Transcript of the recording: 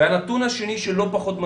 היו לא פשוטות.